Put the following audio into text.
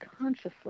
consciously